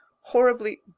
horribly